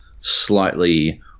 slightly